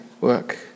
work